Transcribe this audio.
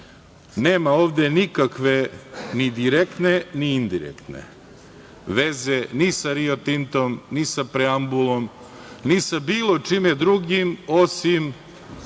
nema ovde nikakve ni direktne, ni indirektne veze ni sa Rio Tintom, ni sa preambulom, ni sa bilo čime drugim, osim